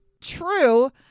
True